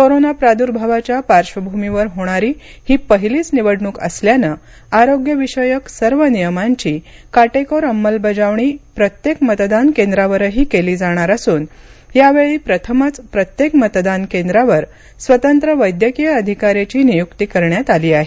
corona प्रादुर्भावाच्या पाईभूमीवर होणारी ही पहिलीच निवडणूक असल्यानं आरोग्यविषयक सर्व नियमांची काटेकोर अंमलबजावणी प्रत्येक मतदान केंद्रावरही केली जाणार असून यावेळी प्रथमच प्रत्येक मतदान केंद्रावर स्वतंत्र वैद्यकीय अधिकाऱ्याची नियुक्ती करण्यात आली आहे